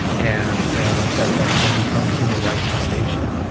and that's all coming from the human rights foundation.